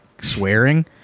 swearing